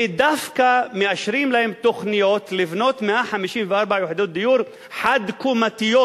ודווקא מאשרים להם תוכניות לבנות 154 יחידות דיור חד-קומתיות,